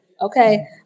okay